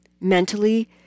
mentally